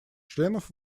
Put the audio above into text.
членов